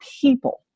people